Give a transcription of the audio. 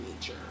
nature